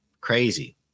crazy